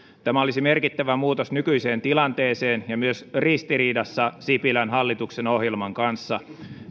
tämä olisi merkittävä muutos nykyiseen tilanteeseen ja myös ristiriidassa sipilän hallituksen ohjelman kanssa